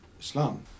Islam